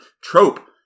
trope